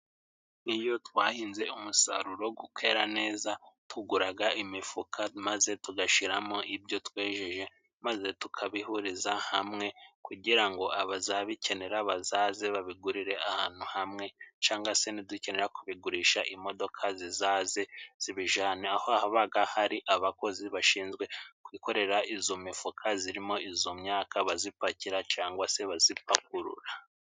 Iyo twahinze umusaruro gukera neza, tuguraga imifuka maze tugashiramo ibyo twejeje, maze tukabihuriza hamwe kugira ngo abazabikenera bazaze babigurire ahantu hamwe, cyangwa se nidukenera kubigurisha imodoka zizaze zibijane, aho habaga hari abakozi bashinzwe kwikorera izo mifuka zirimo izo myaka bazipakira cyangwa se bazipakurura.